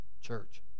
Church